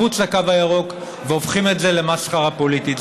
מחוץ לקו הירוק, והופכים את זה למסחרה פוליטית.